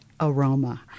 Aroma